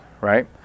right